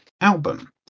album